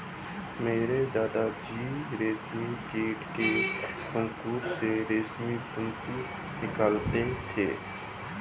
मेरे दादा जी रेशमी कीट के कोकून से रेशमी तंतु निकालते थे